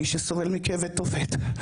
מי שסובל מכאבי תופת,